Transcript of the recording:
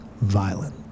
violent